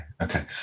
okay